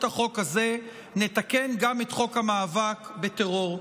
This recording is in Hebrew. החוק הזה נתקן גם את חוק המאבק בטרור.